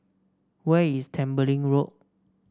where is Tembeling Road